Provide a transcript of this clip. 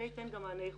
זה ייתן גם מענה ייחודי.